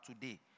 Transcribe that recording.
today